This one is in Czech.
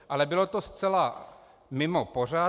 Ale bylo to zcela mimo pořad.